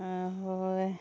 হয়